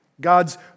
God's